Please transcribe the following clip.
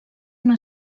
una